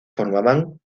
formaban